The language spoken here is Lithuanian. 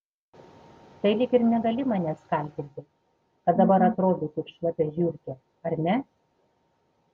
tai lyg ir negali manęs kaltinti kad dabar atrodai kaip šlapia žiurkė ar ne